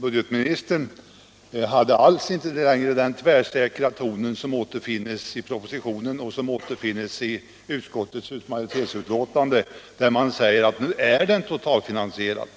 Budgetministern hade alls inte den tvärsäkra ton som återfinns i propositionen och i utskottets majoritetsbetänkande, där man säger att omläggningen är totalfinansierad.